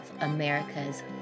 America's